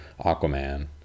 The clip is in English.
aquaman